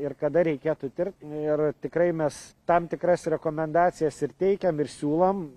ir kada reikėtų tirt ir tikrai mes tam tikras rekomendacijas ir teikiam ir siūlom